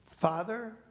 Father